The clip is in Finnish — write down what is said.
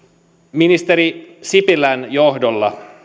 ministeri sipilän johdolla